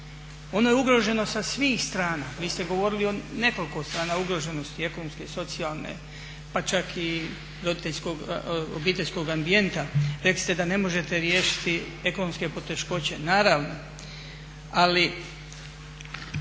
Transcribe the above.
Ono je ugroženo sa svih strana. Vi ste govorili o nekoliko strana ugroženosti ekonomske i socijalne, pa čak i roditeljskog, obiteljskog ambijenta. Rekli ste da ne možete riješiti ekonomske poteškoće. Naravno, ali